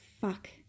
Fuck